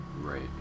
right